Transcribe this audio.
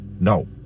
No